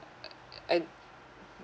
I